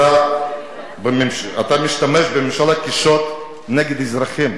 אתה משתמש בממשלה כשוט נגד אזרחים.